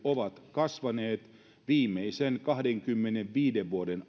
ovat kasvaneet viimeisen kahdenkymmenenviiden vuoden